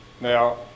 now